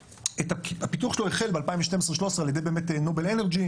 הפיתוח שלו החל ב-2012-2013 על ידי נובל אנרג'י